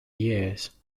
years